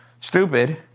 stupid